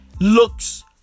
looks